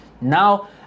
now